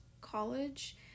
college